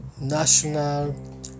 national